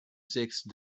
sixth